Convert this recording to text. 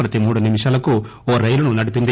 ప్రతి మూడు నిమిషాలకు ఓ రైలును నడిపింది